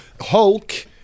Hulk